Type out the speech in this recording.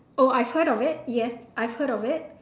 oh I heard of it yes I heard of it